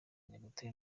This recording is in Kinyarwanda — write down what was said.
nyagatare